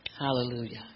Hallelujah